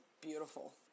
beautiful